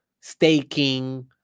staking